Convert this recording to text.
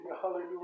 Hallelujah